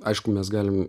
aišku mes galim